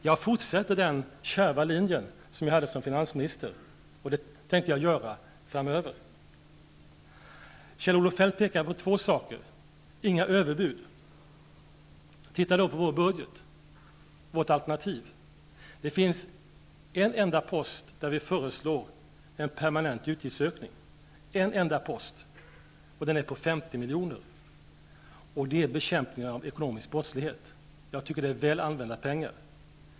Jag fortsätter den kärva linje jag hade som finansminister, och det tänker jag också göra framöver. Kjell-Olof Feldt pekar på två saker. Det första är: Inga överbud. Titta då på vårt budgetalternativ. Det finns en enda post där vi föreslår en permanent utgiftsökning, en enda post. Den är på 50 milj.kr., och det gäller bekämpning av ekonomisk brottslighet. Jag tycker det är väl använda pengar.